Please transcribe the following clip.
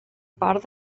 part